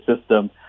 system